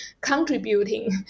contributing